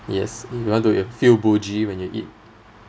yes if you want to uh feel bougie when you eat